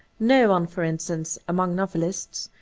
no one, for instance, among novelists,